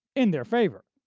in their favor,